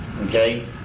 okay